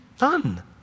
None